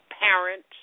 parents